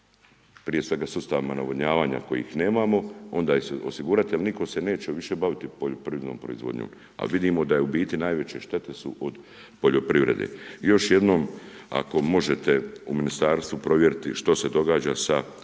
prije svega sustavom navodnjavanja kojih nema, onda osigurat jer nitko se neće više baviti poljoprivrednom proizvodnjom, a vidimo da je u biti najveće štete su od poljoprivrede. I još jednom ako možete u ministarstvu provjeriti što se događa sa